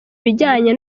bijyanye